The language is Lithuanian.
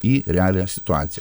į realią situaciją